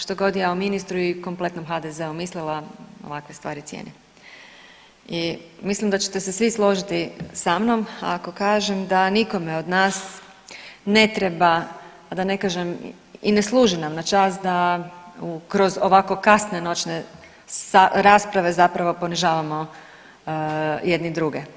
Što god ja o ministru i kompletnom HDZ-u mislila ovakve stvari cijenim i mislim da ćete se svi složiti sa mnom ako kažem da nikome od nas ne treba da ne kažem i ne služi nam na čast da kroz ovako kasne noćne rasprave zapravo ponižavamo jedni druge.